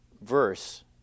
verse